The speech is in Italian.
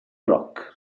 rock